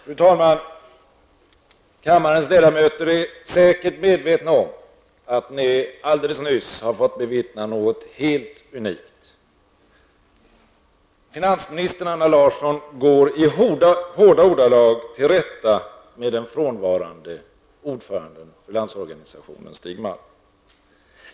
Fru talman! Kammarens ledamöter är säkert medvetna om att de alldeles nyss fått bevittna något helt unikt. Finansminister Allan Larsson tillrättavisar i hårda ordalag den frånvarande ordföranden för landsorganisationen, Stig Malm.